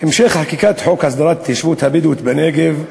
המשך חקיקת חוק הסדרת ההתיישבות הבדואית בנגב,